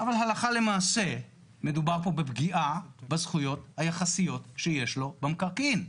אבל הלכה למעשה מדובר פה בפגיעה בזכויות היחסיות שיש לו במקרקעין.